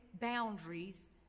boundaries